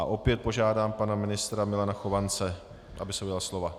Opět požádám pana ministra Milana Chovance, aby se ujal slova.